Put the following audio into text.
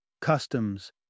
customs